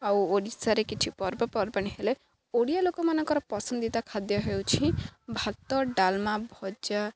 ଆଉ ଓଡ଼ିଶାରେ କିଛି ପର୍ବପର୍ବାଣି ହେଲେ ଓଡ଼ିଆ ଲୋକମାନଙ୍କର ପସନ୍ଦିଦା ଖାଦ୍ୟ ହେଉଛି ଭାତ ଡାଲମା ଭଜା